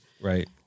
Right